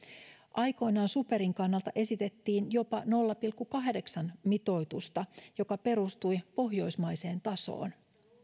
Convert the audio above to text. aikoinaan superin kannalta esitettiin jopa nolla pilkku kahdeksan mitoitusta joka perustui pohjoismaiseen tasoon